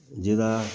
ਜਿਹਦਾ